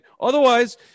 otherwise